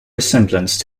resemblance